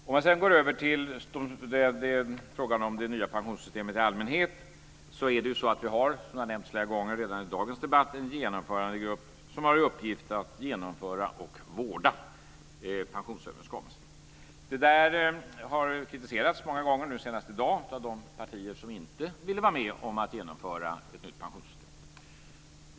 Om jag går över till frågan om det nya pensionssystemet i allmänhet kan jag säga att det är så att vi har, som redan har nämnts flera gånger i dagens debatt, en genomförandegrupp som har i uppgift att genomföra och vårda pensionsöverenskommelsen. Det har kritiserats många gånger - senast i dag - av de partier som inte ville vara med om att genomföra ett nytt pensionssystem.